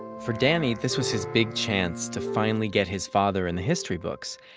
for danny, this was his big chance to finally get his father in the history books.